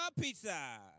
pizza